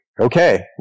okay